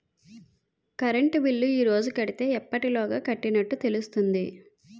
Current bill ఈ రోజు కడితే ఎప్పటిలోగా కట్టినట్టు తెలుస్తుంది?